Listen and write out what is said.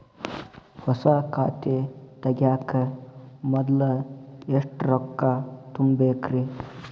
ಹೊಸಾ ಖಾತೆ ತಗ್ಯಾಕ ಮೊದ್ಲ ಎಷ್ಟ ರೊಕ್ಕಾ ತುಂಬೇಕ್ರಿ?